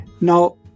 Now